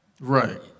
Right